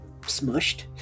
smushed